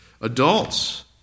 Adults